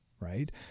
right